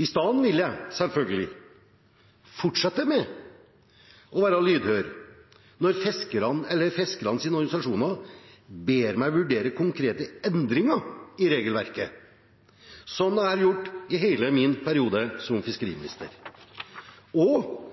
I stedet vil jeg selvfølgelig fortsette med å være lydhør når fiskerne eller fiskernes organisasjoner ber meg vurdere konkrete endringer i regelverket, slik jeg har gjort i hele min periode som fiskeriminister.